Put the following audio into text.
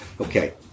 Okay